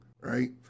right